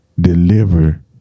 deliver